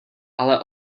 ale